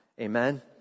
Amen